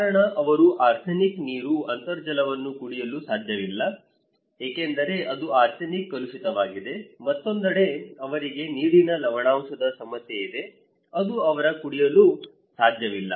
ಕಾರಣ ಅವರು ಆರ್ಸೆನಿಕ್ ನೀರು ಅಂತರ್ಜಲವನ್ನು ಕುಡಿಯಲು ಸಾಧ್ಯವಿಲ್ಲ ಏಕೆಂದರೆ ಅದು ಆರ್ಸೆನಿಕ್ ಕಲುಷಿತವಾಗಿದೆ ಮತ್ತೊಂದೆಡೆ ಅವರಿಗೆ ನೀರಿನ ಲವಣಾಂಶದ ಸಮಸ್ಯೆ ಇದೆ ಅದು ಅವರು ಕುಡಿಯಲು ಸಾಧ್ಯವಿಲ್ಲ